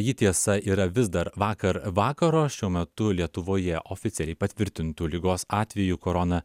ji tiesa yra vis dar vakar vakaro šiuo metu lietuvoje oficialiai patvirtintų ligos atvejų korona